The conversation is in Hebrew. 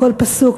בכל פסוק,